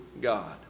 god